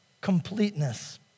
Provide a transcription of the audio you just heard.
completeness